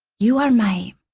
you are my,